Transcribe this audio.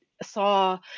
saw